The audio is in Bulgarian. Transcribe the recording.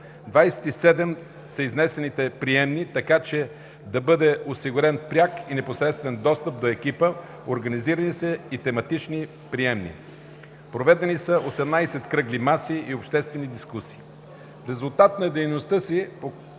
27 са изнесените приемни, така че да бъде осигурен пряк и непосредствен достъп до екипа, организирани са и тематични приемни. Проведени са 18 кръгли маси и обществени дискусии. В резултат на дейността си